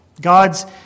God's